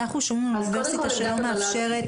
כשאנחנו שומעים על אוניברסיטה שלא מאפשרת,